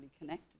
connected